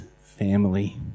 family